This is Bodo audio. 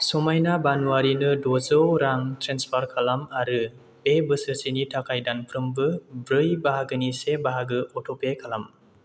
समायना बानुआरिनो द'जौ रां ट्रेन्सफार खालाम आरो बे बोसोरसेनि थाखाय दानफ्रोमबो ब्रै बाहागोनि से बाहागो अट'पे खालाम